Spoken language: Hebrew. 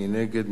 מי נגד?